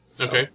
Okay